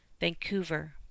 Vancouver